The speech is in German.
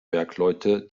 bergleute